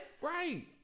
right